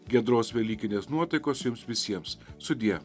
giedros velykinės nuotaikos jums visiems sudie